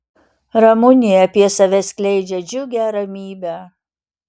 ramunė apie save skleidžia džiugią ramybę